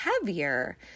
heavier